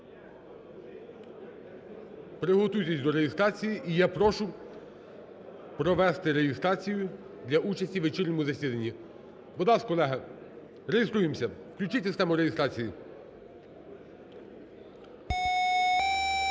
приготуйтесь до реєстрації. І я прошу провести реєстрацію для участі у вечірньому засіданні. Будь ласка, колеги, реєструємося. Включіть систему реєстрації.